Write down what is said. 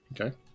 Okay